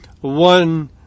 one